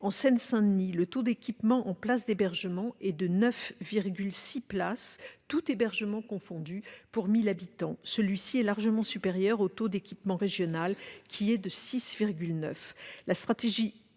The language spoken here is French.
En Seine-Saint-Denis, le taux d'équipement en places d'hébergement est de 9,6 places, tous hébergements confondus, pour 1 000 habitants. Celui-ci est largement supérieur au taux d'équipement régional, qui est de 6,9. La stratégie